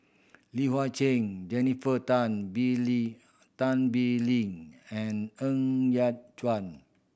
Li Hui Cheng Jennifer Tan Bee Leng Tan Bee Leng and Ng Yat Chuan